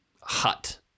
hut